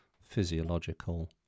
physiological